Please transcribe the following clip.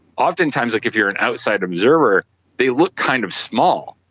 oftentimes like if you are an outside observer they look kind of small,